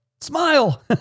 smile